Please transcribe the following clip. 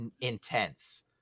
intense